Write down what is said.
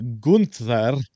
Gunther